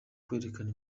kwerekana